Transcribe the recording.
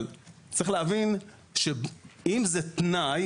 צריך להבין שאם זה תנאי,